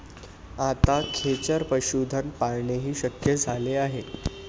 आता खेचर पशुधन पाळणेही शक्य झाले आहे